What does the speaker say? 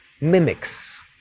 mimics